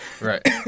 Right